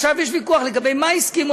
עכשיו יש ויכוח על מה הם הסכימו,